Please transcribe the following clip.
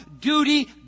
duty